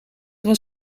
was